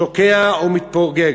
שוקע ומתפוגג.